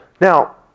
Now